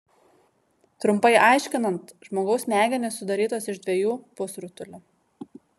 trumpai aiškinant žmogaus smegenys sudarytos iš dviejų pusrutulių